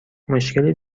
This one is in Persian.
مشکلی